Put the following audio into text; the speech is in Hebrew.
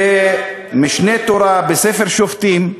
ב"משנה תורה", בספר שופטים,